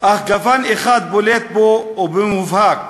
אך גוון אחד בולט בו, ובמובהק,